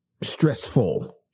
stressful